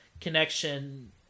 connection